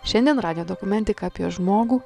šiandien radijo dokumentika apie žmogų